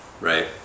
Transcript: Right